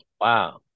Wow